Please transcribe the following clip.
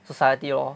society lor